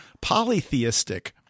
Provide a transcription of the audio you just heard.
polytheistic